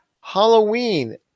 Halloween